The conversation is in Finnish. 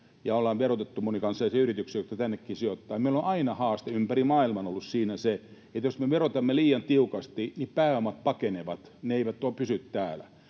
ja ollaan verotettu monikansallisia yrityksiä, jotka tännekin sijoittuvat, niin meillä on aina haaste ympäri maailman ollut siinä se, että jos me verotamme liian tiukasti, pääomat pakenevat, ne eivät pysy täällä.